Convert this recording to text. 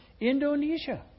Indonesia